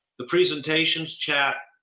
the presentations, chat,